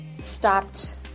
stopped